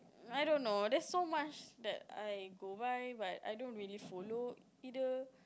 I don't know there's so much that I go by but I don't really like follow either